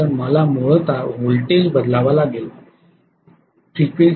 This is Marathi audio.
तर मला मूलत व्होल्टेज सुधारित करावे लागेल जर ते फ्रिक्वेन्सीशी जुळत नसेल